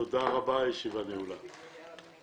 תודה רבה, הישיבה נעולה.